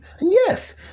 Yes